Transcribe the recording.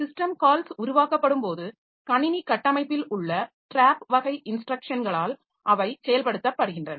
system calls உருவாக்கப்படும்போது கணினி கட்டமைப்பில் உள்ள டிராப் வகை இன்ஸ்ட்ரக்ஷன்களால் அவை செயல்படுத்தப்படுகின்றன